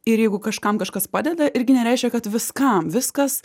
ir jeigu kažkam kažkas padeda irgi nereiškia kad viskam viskas